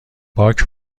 باک